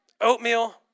oatmeal